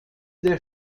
der